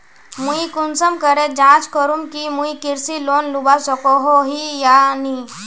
मुई कुंसम करे जाँच करूम की मुई कृषि लोन लुबा सकोहो ही या नी?